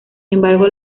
embargo